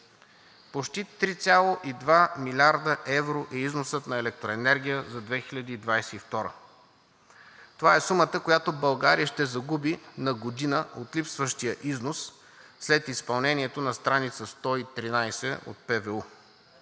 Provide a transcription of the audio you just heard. Почти 3,2 милиарда евро е износът на електроенергия за 2022 г. Това е сумата, която България ще загуби на година от липсващия износ след изпълнението на страница 113 от ПВУ.